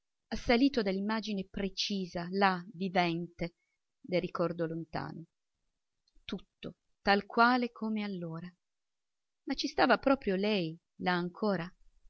assalito dall'imagine precisa là vivente del ricordo lontano tutto tal quale come allora ma ci stava proprio lei là ancora